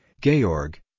Georg